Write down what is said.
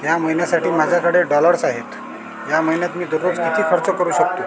या महिन्यासाठी माझ्याकडे डॉलर्स आहेत या महिन्यात मी दररोज किती खर्च करू शकतो